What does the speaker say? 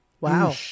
Wow